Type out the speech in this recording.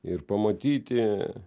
ir pamatyti